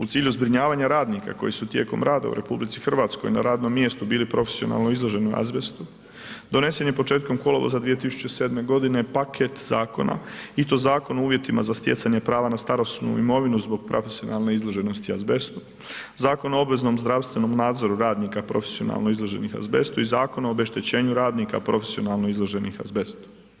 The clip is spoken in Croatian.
U cilju zbrinjavanja radnika koji su tijekom rada u RH na radnom mjestu bili profesionalno izloženi azbestu donesen je početkom kolovoza 2007. godine paket zakona i to Zakon o uvjetima za stjecanje prava na starosnu mirovinu zbog profesionalne izloženosti azbestu, Zakon o obveznom zdravstvenom nadzoru radnika profesionalno izloženih azbestu i Zakon o obeštećenju radnika profesionalno izloženih azbestu.